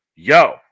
Yo